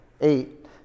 Eight